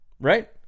right